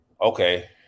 Okay